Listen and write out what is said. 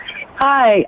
Hi